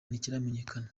ntikiramenyekana